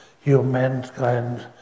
humankind